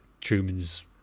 Truman's